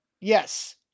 Yes